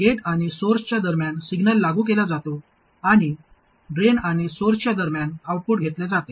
gate आणि सोर्सच्या दरम्यान सिग्नल लागू केला जातो आणि ड्रेन आणि सोर्स यांच्या दरम्यान आउटपुट घेतले जाते